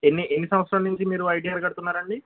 ఎన్ని ఎన్ని సంవత్సరాలు నుంచి మీరు ఐటిఆర్ కడుతున్నారండి